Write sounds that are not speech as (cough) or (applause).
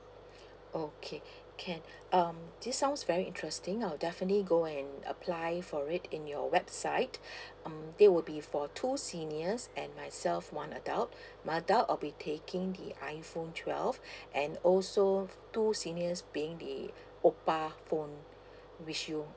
okay can um this sounds very interesting I will definitely go and apply for it in your website (breath) um it will be for two seniors and myself one adult my adult I'll be taking the iphone twelve (breath) and also two seniors being the oppo phone which you